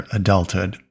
adulthood